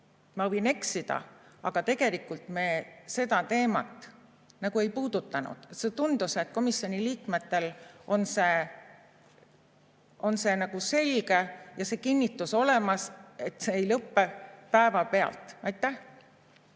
ma võin eksida, aga tegelikult me seda teemat ei puudutanud. Tundus, et komisjoni liikmetele on see selge ja see kinnitus olemas, et see ei lõpe päevapealt. Suur